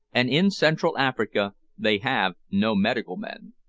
and in central africa they have no medical men.